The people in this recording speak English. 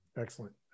Excellent